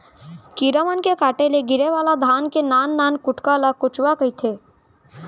कीरा मन के काटे ले गिरे वाला धान के नान नान कुटका ल कुचवा कथें